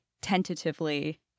tentatively